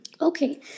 okay